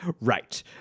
Right